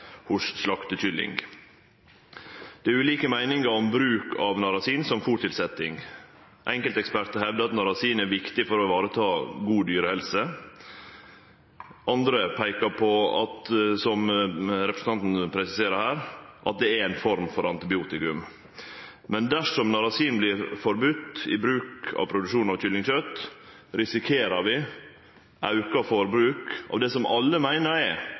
hos slaktekylling. Det er ulike meiningar om bruk av narasin som fôrtilsetting. Enkelte ekspertar hevdar at narasin er viktig for å vareta god dyrehelse, andre peiker på, som representanten presiserer her, at det er ei form for antibiotikum. Men dersom narasin blir forbode i produksjon av kyllingkjøt, risikerer vi auka forbruk av det som alle meiner er